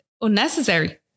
unnecessary